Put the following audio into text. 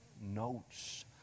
notes